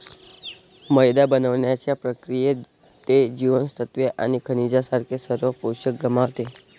मैदा बनवण्याच्या प्रक्रियेत, ते जीवनसत्त्वे आणि खनिजांसारखे सर्व पोषक गमावते